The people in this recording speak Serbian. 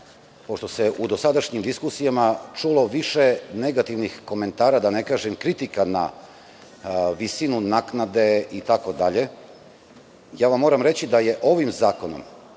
pošto se u dosadašnjim diskusijama čulo više negativnih komentara, da ne kažem kritika na visinu naknade itd, moram reći da je ovim zakonom